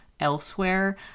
elsewhere